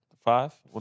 five